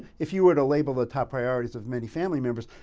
if you were to label the top priorities of many family members,